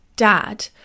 Dad